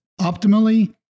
optimally